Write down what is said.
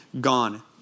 gone